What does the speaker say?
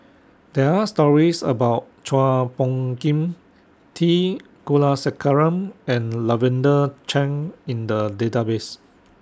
There Are stories about Chua Phung Kim T Kulasekaram and Lavender Chang in The Database